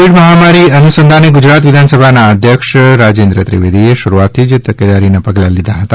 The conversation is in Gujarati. કોવિડ મહામારી અનુસંધાને ગુજરાત વિધાનસભાના અધ્યક્ષશ્રી રાજેન્દ્ર ત્રિવેદીએ શરૂઆતથી જ તકેદારીના પગલાં લીધા હતા